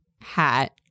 hat